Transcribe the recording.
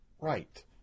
right